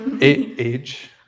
Age